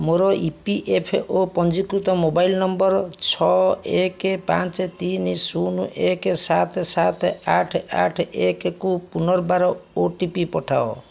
ମୋର E P F ଓ ପଞ୍ଜୀକୃତ ମୋବାଇଲ ନମ୍ବର ଛଅ ଏକ ପାଞ୍ଚ ତିନି ଶୂନ ଏକ ସାତ ସାତ ଆଠ ଆଠ ଏକକୁ ପୁନର୍ବାର ଓ ଟି ପି ପଠାଅ